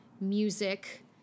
music